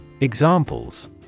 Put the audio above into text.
Examples